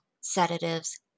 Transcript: sedatives